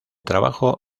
trabajo